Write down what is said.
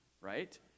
right